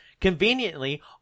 Conveniently